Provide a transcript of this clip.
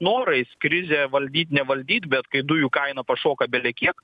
norais krizę valdyt nevaldyt bet kai dujų kaina pašoka belekiek